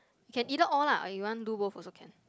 can either all lah or you want do both also can